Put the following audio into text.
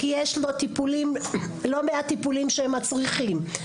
כי יש טיפולים, לא מעט טיפולים שהם מצריכים.